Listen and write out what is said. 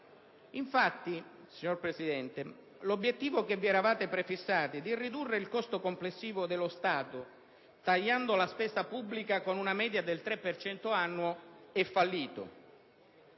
Infatti, signora Presidente, l'obiettivo che vi eravate prefissati di ridurre il costo complessivo dello Stato tagliando la spesa pubblica con una media del 3 per cento annuo è fallito.